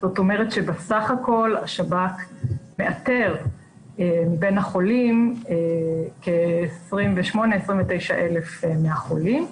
זאת אומרת שבסך הכול השב"כ מאתר מבין החולים כ-29-28 אלף מהחולים,